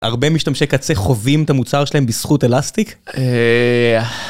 הרבה משתמשי קצה חווים את המוצר שלהם בזכות אלסטיק? אה...